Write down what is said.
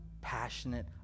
passionate